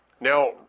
Now